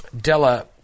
Della